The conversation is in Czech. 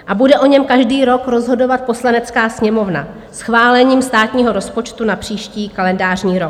A bude o něm každý rok rozhodovat Poslanecká sněmovna schválením státního rozpočtu na příští kalendářní rok.